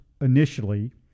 initially